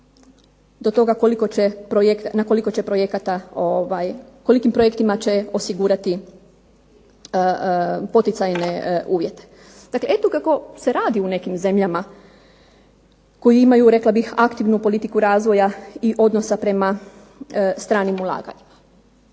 do toga na koliko će projekata, kolikim projektima će osigurati poticajne uvjete. Dakle, eto kako se radi u nekim zemljama koje imaju rekla bih aktivnu politiku razvoja i odnosa prema stranim ulaganjima.